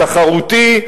תחרותי,